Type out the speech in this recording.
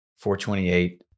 428